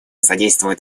содействует